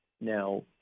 now